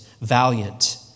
valiant